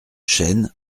chênes